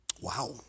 Wow